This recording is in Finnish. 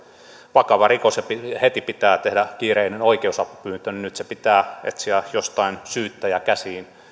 vakava rikos ja heti pitää tehdä kiireinen oikeusapupyyntö nyt pitää etsiä jostain syyttäjä käsiin ja